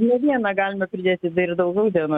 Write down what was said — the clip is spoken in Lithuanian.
ne vieną galima pridėti tai ir daugiau dienų